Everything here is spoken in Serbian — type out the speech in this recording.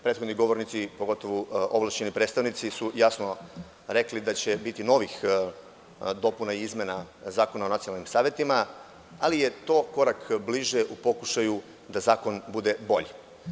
Prethodni govornici, pogotovu ovlašćeni predstavnici su jasno rekli da će biti novih dopuna i izmena Zakona o nacionalnim savetima, ali je to krak bliže u pokušaju da zakon bude bolji.